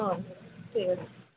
ହଁ ଠିକ୍ ଅଛି